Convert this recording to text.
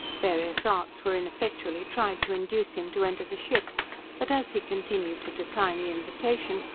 various arts were ineffectually tried to induce him to enter the ship but as he continued to decline the invitation,